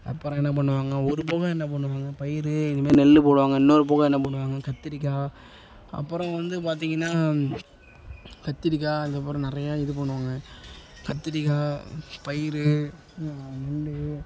அப்புறம் என்ன பண்ணுவாங்க ஒரு போகம் என்ன பண்ணுவாங்க பயிர் இதுமாரி நெல் போடுவாங்க இன்னோரு போகம் என்ன பண்ணுவாங்க கத்திரிக்காய் அப்புறம் வந்து பார்த்திங்கனா கத்திரிக்காய் அதுக்கப்புறம் நிறையா இது பண்ணுவாங்க கத்திரிக்காய் பயிர் நெல்